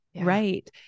Right